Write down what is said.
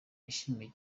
yishimiye